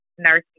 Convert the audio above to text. Nursing